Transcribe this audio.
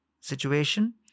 situation